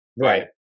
right